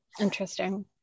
Interesting